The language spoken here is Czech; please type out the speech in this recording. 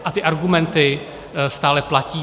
A ty argumenty stále platí.